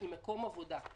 היא מקום עבודה.